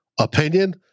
opinion